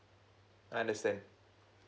I understand